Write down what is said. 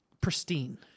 pristine